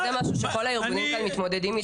וזה משהו שכל הארגונים כאן מתמודדים איתם,